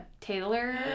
Taylor